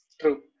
True